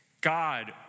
God